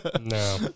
No